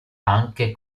anche